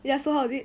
ya so how is it